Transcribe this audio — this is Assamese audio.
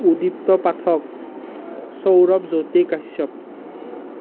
উদীপ্ত পাঠক সৌৰভ জ্যোতি কাশ্যপ